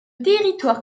territoire